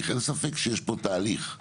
אין ספק שיש פה תהליך,